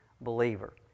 believer